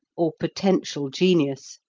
or potential genius.